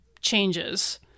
changes